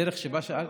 בדרך שבה שאלת,